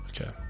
Okay